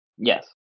Yes